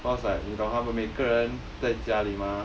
because like 你懂他们每个人在家里嘛